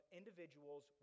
individuals